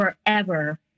forever